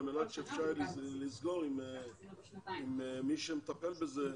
מנת שאפשר יהיה לסגור עם מי שמטפל בזה.